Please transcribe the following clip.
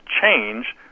change